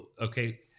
okay